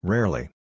Rarely